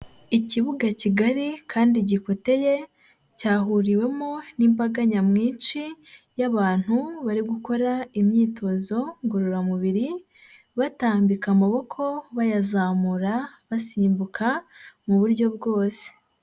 Ikibuga kigari kandi gikoteye cyahuriwemo n'imbaga nyamwinshi y'abantu bari gukora imyitozo ngororamubiri batambika amaboko, bayazamura, basimbuka mu buryo bwose.